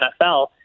NFL